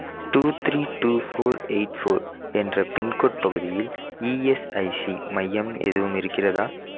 two three two four eight four என்ற pincode பகுதியில் ESIC மையம் எதுவும் இருக்கிறதா